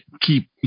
keep